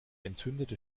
entzündete